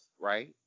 right